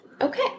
Okay